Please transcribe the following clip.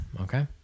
Okay